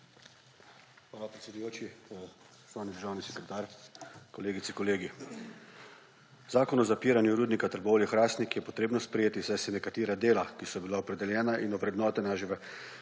Hvala, predsedujoči. Spoštovani državni sekretar, kolegice, kolegi! Zakon o zapiranju Rudnika Trbovlje-Hrastnik je potrebno sprejeti, saj nekatera dela, ki so bila opredeljena in ovrednotena